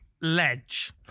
ledge